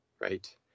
right